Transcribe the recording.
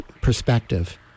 perspective